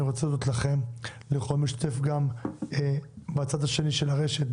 אני רוצה להודות לכם ולכל מי שהשתתף גם בצד השני של הרשת,